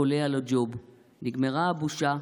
קולע לו ג'וב / נגמרה הבושה,